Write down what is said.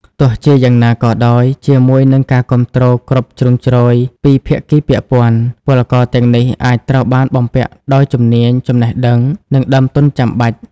ទោះជាយ៉ាងណាក៏ដោយ ជាមួយនឹងការគាំទ្រគ្រប់ជ្រុងជ្រោយពីភាគីពាក់ព័ន្ធ ពលករទាំងនេះអាចត្រូវបានបំពាក់ដោយជំនាញ ចំណេះដឹង និងដើមទុនចាំបាច់ ។